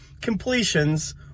completions